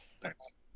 Thanks